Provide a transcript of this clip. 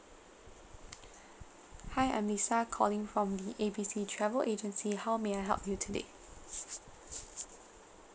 hi I'm lisa calling from the A B C travel agency how may I help you today